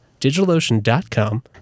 DigitalOcean.com